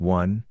one